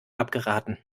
abgeraten